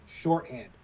shorthand